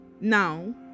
Now